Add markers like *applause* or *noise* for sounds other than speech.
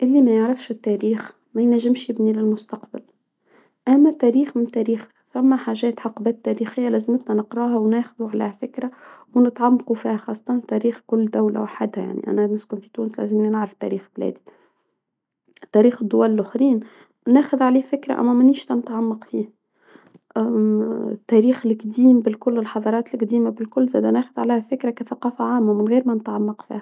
اللي ما يعرفش التاريخ ما ينجمش يبني للمستقبل، أما تاريخ من تاريخ فما حاجات حقبة تاريخية لازمتنا نقراها وناخدو على فكرة، ونتعمقو فيها خاصة تاريخ كل دولة وحدها يعني أنا بسكن في تونس لازمن نعرف تاريخ بلادي، تاريخ الدول الآخرين ناخد عليه فكرة أنا مانيش نتعمق فية *hesitation* التاريخ الإجديم بكل الحضارات الإجديمة بالكل زادا ناخد عليها فكرة كثقافة عامة من غير ما نتعمق فيها.